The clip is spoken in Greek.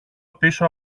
πίσω